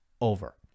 over